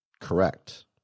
correct